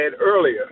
earlier